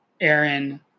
Aaron